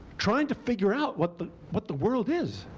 trying to figure out what the what the world is.